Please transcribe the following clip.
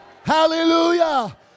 Hallelujah